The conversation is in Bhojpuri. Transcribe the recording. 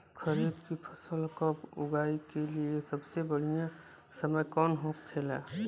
खरीफ की फसल कब उगाई के लिए सबसे बढ़ियां समय कौन हो खेला?